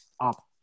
up